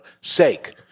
sake